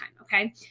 okay